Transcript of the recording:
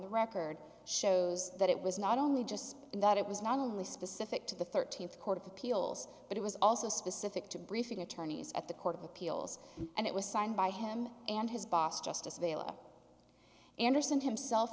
the record shows that it was not only just that it was not only specific to the thirteenth court of appeals but it was also specific to briefing attorneys at the court of appeals and it was signed by him and his boss just as available anderson himself